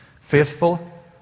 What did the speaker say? Faithful